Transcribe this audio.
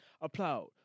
applaud